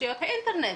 תשתיות האינטרנט.